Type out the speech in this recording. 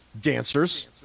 dancers